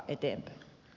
kiitos